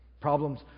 Problems